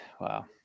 wow